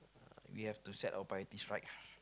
we have to set our priorities right